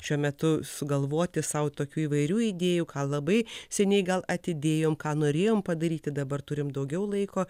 šiuo metu sugalvoti sau tokių įvairių idėjų ką labai seniai gal atidėjom ką norėjom padaryti dabar turim daugiau laiko